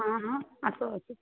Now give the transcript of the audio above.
ହଁ ହଁ ଆସ ଆସ